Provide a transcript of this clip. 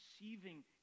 receiving